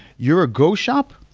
you're a go shop,